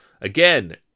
Again